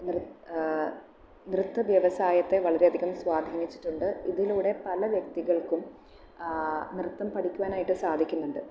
നൃത്ത വ്യവസായത്തെ വളരെ അധികം സ്വാധീനിച്ചിട്ടുണ്ട് ഇതിലൂടെ പല വ്യക്തികൾക്കും നൃത്തം പഠിക്കുവാനായിട്ട് സാധിക്കുന്നുണ്ട്